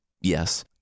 yes